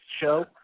show